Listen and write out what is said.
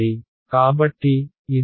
కాబట్టి ఇది gn1 అవుతుంది